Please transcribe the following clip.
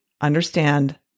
understand